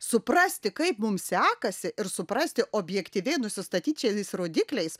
suprasti kaip mums sekasi ir suprasti objektyviai nusistatyt šiais rodikliais